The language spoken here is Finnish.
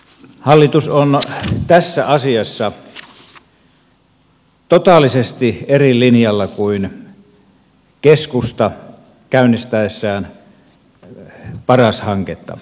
hallitus on tässä asiassa totaalisesti eri linjalla kuin keskusta käynnistäessään paras hanketta